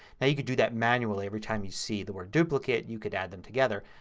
now you can do that manually every time you see the word duplicate you can add them together.